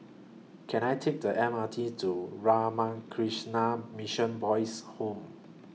Can I Take The M R T to Ramakrishna Mission Boys' Home